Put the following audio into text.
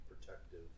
protective